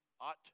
ought